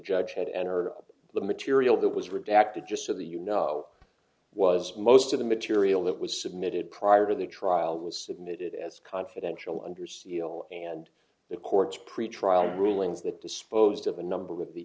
judge had entered the material that was redacted just so that you know was most of the material that was submitted prior to the trial was submitted as confidential under seal and the court's pretrial rulings that disposed of a number of the